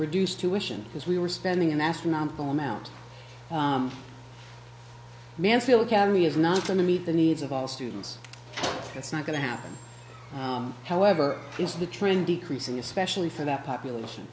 reduce tuition because we were spending an astronomical amount mansfield county is not going to meet the needs of all students it's not going to happen however is the trend decreasing especially for that population